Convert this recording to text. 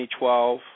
2012